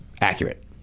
accurate